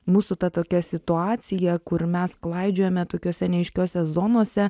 mūsų ta tokia situacija kur mes klaidžiojame tokiose neaiškiose zonose